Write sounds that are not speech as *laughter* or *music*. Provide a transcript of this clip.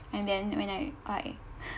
and then when I I *laughs*